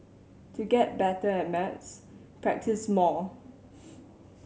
to get better at maths practise more